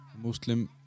Muslim